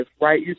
right